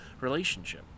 relationship